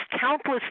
countless